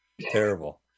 Terrible